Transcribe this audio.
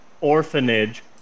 orphanage